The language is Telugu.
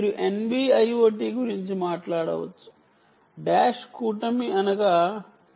మీరు NB IoT గురించి మాట్లాడవచ్చు డాష్ కూటమి అనగా డాష్ 7